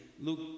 Luke